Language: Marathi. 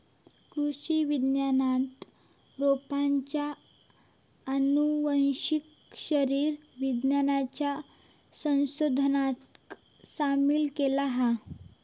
कृषि विज्ञानात रोपांच्या आनुवंशिक शरीर विज्ञानाच्या संशोधनाक सामील केला हा